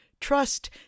Trust